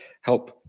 help